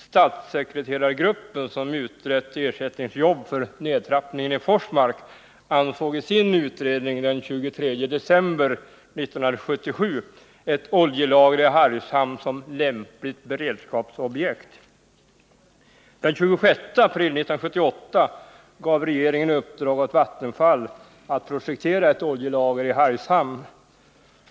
Statssekreterargruppen, som gjort en utredning om ersättningsjobb för nedtrappningen i Forsmark, ansåg i sitt betänkande den 23 december 1977 ett oljelager i Hargshamn vara lämpligt beredskapsobjekt. Den 26 april 1978 gav regeringen uppdrag åt Vattenfall att projektera ett oljelager i Hargshamn.